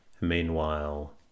Meanwhile